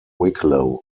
wicklow